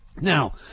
Now